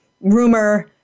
rumor